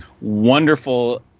wonderful